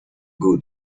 good